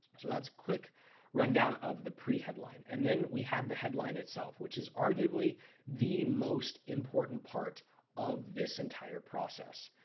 so let's quick rundown of the pre headline, and then we have the headline itself which is arguably the most important part of this entire process.